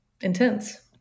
intense